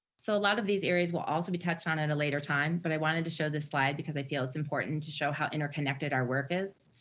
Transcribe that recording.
so a lot of these areas will also be touched on at a later time, but i wanted to show this slide because i feel like is important to show how interconnected our work is.